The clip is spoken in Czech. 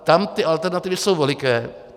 Tam ty alternativy jsou veliké.